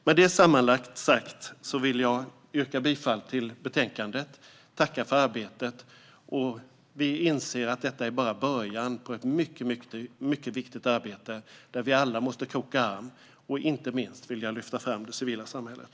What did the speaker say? Med detta sagt vill jag yrka bifall till utskottets förslag och tacka för arbetet. Vi inser att detta bara är början på ett mycket viktigt arbete, där vi alla måste kroka arm. Inte minst vill jag lyfta fram det civila samhället.